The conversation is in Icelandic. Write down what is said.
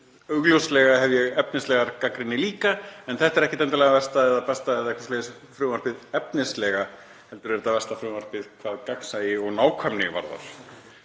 Augljóslega hef ég efnislega gagnrýni líka en þetta er ekkert endilega versta eða besta frumvarpið efnislega heldur er þetta versta frumvarpið hvað gagnsæi og nákvæmni varðar,